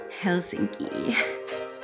Helsinki